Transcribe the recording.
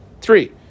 Three